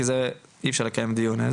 כי אי אפשר לקיים דיון.